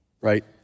right